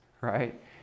right